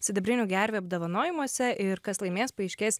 sidabrinių gervių apdovanojimuose ir kas laimės paaiškės